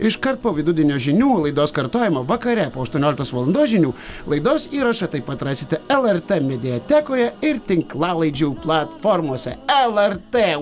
iškart po vidudienio žinių laidos kartojimo vakare po aštuonioliktos valandos žinių laidos įrašą taip pat rasite lrt mediatekoje ir tinklalaidžių platformose lrt